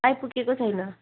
आइपुगेको छैन